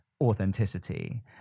authenticity